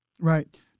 Right